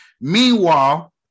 Meanwhile